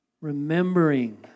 remembering